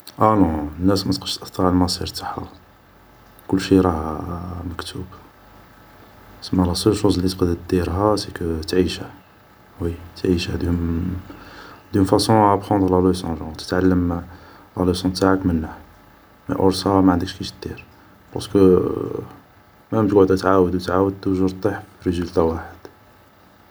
اه نو الناس متقدش تأثر على المصير تاعها كلشي راه مكتوب سما لا سول شوز لي تقدر ديرها سكو تعيشه وي تعيشه دون فاصون أ أبخدوندغ لا لوصون جور تتعلم لا لوصون تاعك منه مي اور سا معندكش كيش دير باسكو مام تڨعد غير تعاود و تعاود توجور طيح في ريزولتا واحد